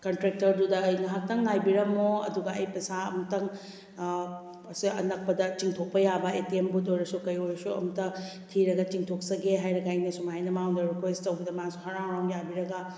ꯀꯟꯇ꯭ꯔꯦꯛꯇꯔꯗꯨꯗ ꯑꯩ ꯉꯥꯏꯍꯥꯛꯇꯪ ꯉꯥꯏꯕꯤꯔꯝꯃꯣ ꯑꯗꯨꯒ ꯑꯩ ꯄꯩꯁꯥ ꯑꯝꯇꯪ ꯑꯁ꯭ꯋꯥꯏ ꯑꯅꯛꯄꯗ ꯆꯤꯡꯊꯣꯛꯄ ꯌꯥꯕ ꯑꯦ ꯇꯤ ꯑꯦꯝ ꯕꯨꯠ ꯑꯣꯏꯔꯁꯨ ꯀꯩ ꯑꯣꯏꯔꯁꯨ ꯑꯝꯇ ꯊꯤꯔꯒ ꯆꯤꯡꯊꯣꯛꯆꯒꯦ ꯍꯥꯏꯔꯒ ꯑꯩꯅ ꯁꯨꯃꯥꯏꯅ ꯃꯥꯉꯣꯟꯗ ꯔꯤꯀ꯭ꯋꯦꯁ ꯇꯧꯕꯗ ꯃꯥꯁꯨ ꯍꯔꯥꯎ ꯍꯔꯥꯎ ꯌꯥꯕꯤꯔꯒ